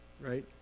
right